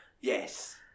Yes